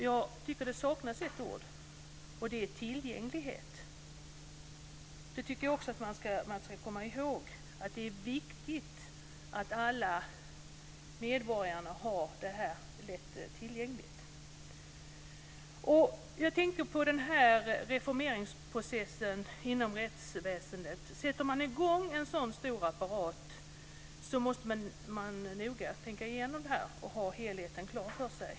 Jag tycker att det saknas ett ord, nämligen tillgänglighet. Man ska också komma ihåg att det är viktigt att tillgängligheten är god för alla medborgare. Jag tänker på reformeringsprocessen inom rättsväsendet. Sätter man i gång en sådan stor apparat måste man noga tänka igenom den och ha helheten klar för sig.